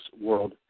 World